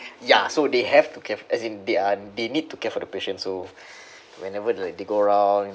ya so they have to care as in they are they need to care for the patient so whenever like they go around